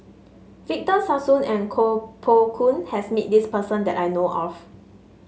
Victor Sassoon and Koh Poh Koon has met this person that I know of